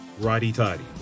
righty-tighty